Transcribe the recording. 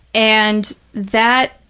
and that,